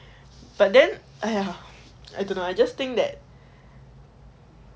but then !aiya! I don't know I just think that